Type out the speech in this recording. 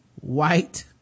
White